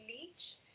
Leach